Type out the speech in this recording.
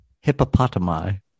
hippopotami